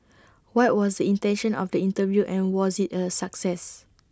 what was the intention of the interview and was IT A success